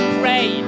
pray